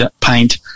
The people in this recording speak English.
paint